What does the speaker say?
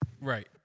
Right